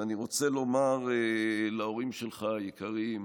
ואני רוצה לומר להורים שלך היקרים,